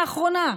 לאחרונה: